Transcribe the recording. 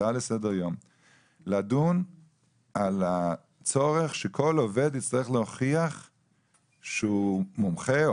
הצעה לסדר-יום לדון על הצורך שכל עובד יצטרך להוכיח שהוא מומחה,